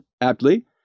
aptly